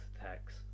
attacks